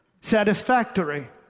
satisfactory